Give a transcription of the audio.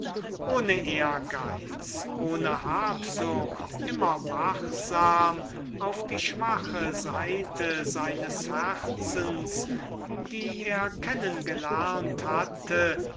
ohne ehrgeiz ohne habsucht immer wachsam auf die schwache seite seines herzens die er kennen gelernt hatte